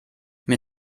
mir